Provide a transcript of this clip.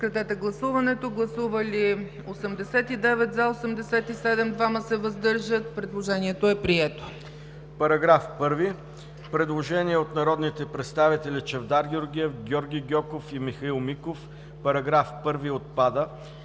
По § 1 има предложение от народните представители Чавдар Георгиев, Георги Гьоков и Михаил Миков: „Параграф 1 отпада.“